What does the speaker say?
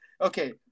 okay